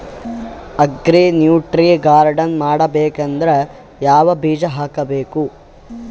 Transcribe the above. Agri nutri garden ಮಾಡಬೇಕಂದ್ರ ಯಾವ ಬೀಜ ಹಾಕಬೇಕು?